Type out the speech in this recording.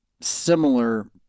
similar